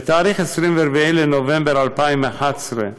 ביום 24 בנובמבר 2011,